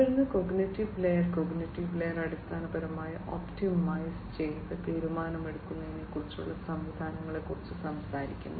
തുടർന്ന് cognitive layer cognitive layer അടിസ്ഥാനപരമായി optimise ചെയ്ത തീരുമാനമെടുക്കുന്നതിനുള്ള സംവിധാനങ്ങളെക്കുറിച്ച് സംസാരിക്കുന്നു